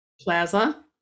Plaza